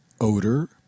odor